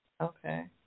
Okay